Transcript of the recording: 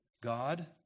God